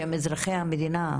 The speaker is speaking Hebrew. שהם אזרחי המדינה,